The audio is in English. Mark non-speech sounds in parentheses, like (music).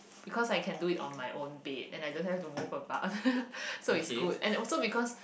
because I can do it on my own bed and I just have to move about (laughs) so it's good and also because